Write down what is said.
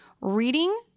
Reading